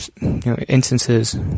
instances